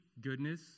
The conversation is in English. goodness